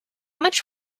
much